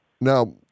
Now